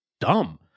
dumb